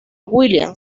william